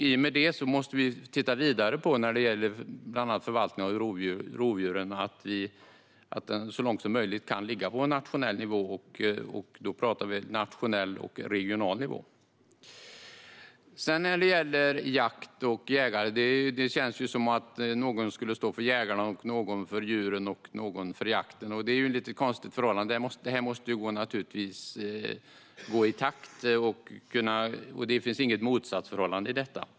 I och med det måste vi titta vidare på förvaltningen av rovdjur. Så långt som möjligt bör det ligga på en nationell och regional nivå. När det gäller jakt och jägare känns det som att någon står upp för jägarna, någon står upp för djuren och någon står upp för jakten. Detta är ett lite konstigt förhållande. Man måste naturligtvis gå i takt. Det finns inte något motsatsförhållande i detta.